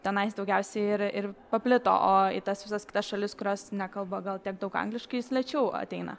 tenais daugiausiai ir ir paplito o tas visas kitas šalis kurios nekalba gal tiek daug angliškai jis lėčiau ateina